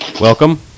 Welcome